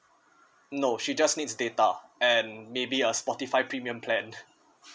no she just needs data and maybe a Spotify premium plan